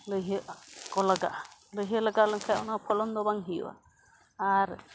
ᱞᱟᱹᱭᱦᱟᱹ ᱠᱚ ᱞᱟᱜᱟᱜᱼᱟ ᱞᱟᱹᱭᱦᱟᱹ ᱞᱟᱜᱟᱣ ᱞᱮᱱᱠᱷᱟᱱ ᱚᱱᱟ ᱯᱷᱚᱞᱚᱱ ᱫᱚ ᱵᱟᱝ ᱦᱩᱭᱩᱜᱼᱟ ᱟᱨ